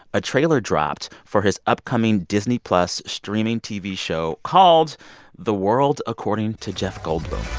a trailer dropped for his upcoming disney plus streaming tv show called the world according to jeff goldblum.